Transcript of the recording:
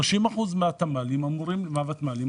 זו עבודה משותפת של כל הממשלה.